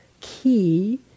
key